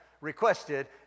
requested